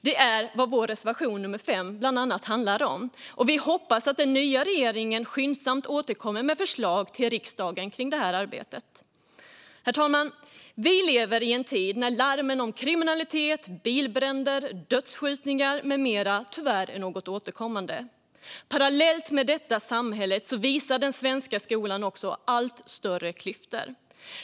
Det är vad vår reservation 5 bland annat handlar om, och vi hoppas att den nya regeringen skyndsamt återkommer med förslag till riksdagen kring detta arbete. Herr talman! Vi lever i en tid när larmen om kriminalitet, bilbränder, dödsskjutningar med mera tyvärr är något återkommande. Parallellt med det samhället uppvisar den svenska skolan allt större klyftor.